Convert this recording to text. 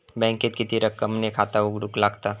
बँकेत किती रक्कम ने खाता उघडूक लागता?